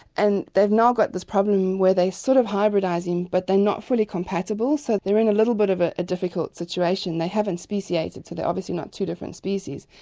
and they've now got this problem where they're sort of hybridising but they're not fully compatible, so they're in a little bit of ah a difficult situation. they haven't speciated, so they're obviously not two different species,